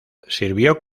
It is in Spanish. sirvió